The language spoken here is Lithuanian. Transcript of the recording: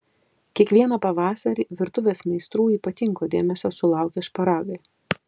kiekvieną pavasarį virtuvės meistrų ypatingo dėmesio sulaukia šparagai